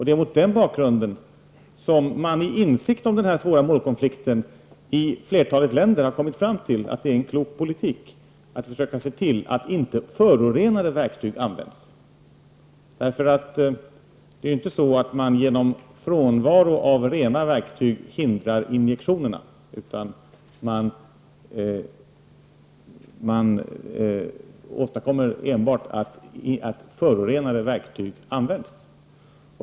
Det är mot den bakgrunden som man, i insikt om denna svåra målkonflikt, i flertalet länder har kommit fram till att det är en klok politik att försöka se till att inte förorenade verktyg används. Det är ju nämligen inte så att man genom frånvaro av rena verktyg hindrar injektionerna, utan man åstadkommer på det sättet enbart att förorenade verktyg används.